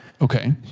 Okay